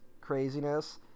craziness